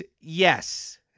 yes